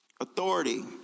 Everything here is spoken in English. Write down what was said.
Authority